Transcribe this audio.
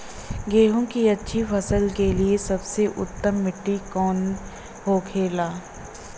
गेहूँ की अच्छी फसल के लिए सबसे उत्तम मिट्टी कौन होखे ला?